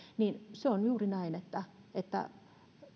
ja se on juuri näin että